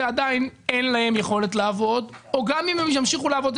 עדיין אין להן יכולת לעבוד או גם אם הן ימשיכו לעבוד,